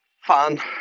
fun